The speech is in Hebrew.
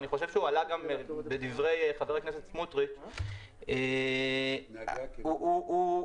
ואני חושב שהוא עלה גם בדברי חבר הכנסת סמוטריץ' הוא מחיר